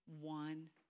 one